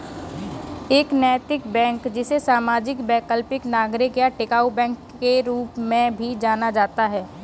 एक नैतिक बैंक जिसे सामाजिक वैकल्पिक नागरिक या टिकाऊ बैंक के रूप में भी जाना जाता है